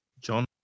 John